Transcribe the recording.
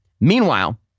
Meanwhile